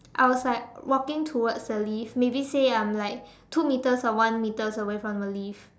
I was like walking towards the lift maybe say um like two metres or one metres away from the lift